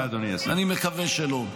אני מקווה שלא.